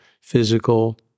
physical